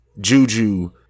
Juju